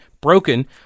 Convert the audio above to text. broken